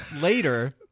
later